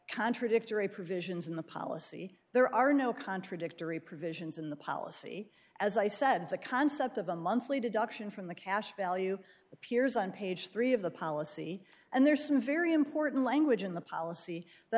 contradictory provisions in the policy there are no contradictory provisions in the policy as i said the concept of a monthly deduction from the cash value appears on page three of the policy and there's some very important language in the policy